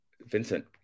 Vincent